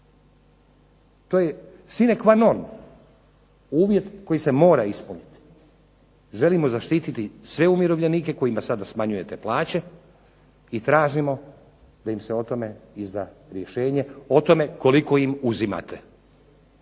To je sine quanon, uvjet koji se mora ispuniti. Želimo zaštititi sve umirovljenike kojima sada smanjujete plaće i tražimo da im se o tome izda rješenje, o tome koliko im uzimate.